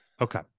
okay